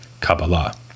Kabbalah